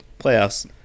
playoffs